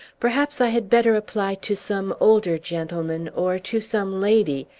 perhaps i had better apply to some older gentleman, or to some lady,